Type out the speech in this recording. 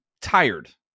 tired